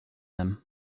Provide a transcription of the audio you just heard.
them